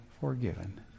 forgiven